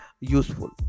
useful